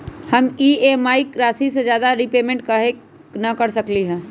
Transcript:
हम ई.एम.आई राशि से ज्यादा रीपेमेंट कहे न कर सकलि ह?